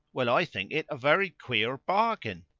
well, i think it a very queer bargain.